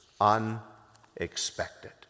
unexpected